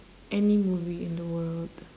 any movie in the world